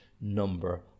number